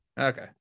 Okay